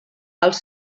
els